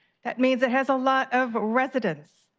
that means it has a lot of residence.